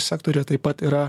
sektoriuje taip pat yra